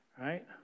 right